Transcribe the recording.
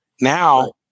Now